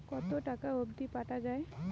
কতো টাকা অবধি পাঠা য়ায়?